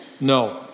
No